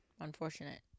Unfortunate